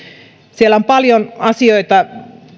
siellä on paljon asioita